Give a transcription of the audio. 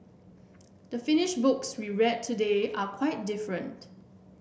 the finished books we read today are quite different